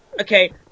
Okay